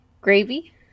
gravy